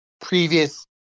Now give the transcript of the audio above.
previous